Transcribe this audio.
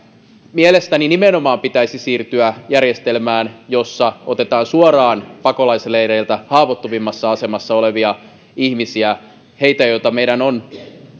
mielestäni nimenomaan pitäisi siirtyä järjestelmään jossa otetaan suoraan pakolaisleireiltä haavoittuvimmassa asemassa olevia ihmisiä heitä joita meidän on